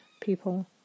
people